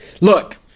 Look